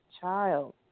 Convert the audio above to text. child